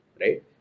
right